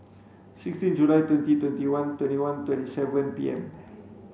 sixteen July twenty twenty one twenty one twenty seven P M